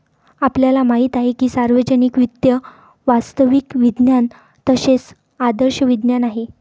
आपल्याला माहित आहे की सार्वजनिक वित्त वास्तविक विज्ञान तसेच आदर्श विज्ञान आहे